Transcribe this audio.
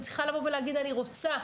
היא צריכה לבוא ולהגיד "אני רוצה".